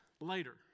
later